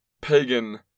pagan